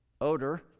odor